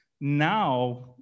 now